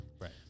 Right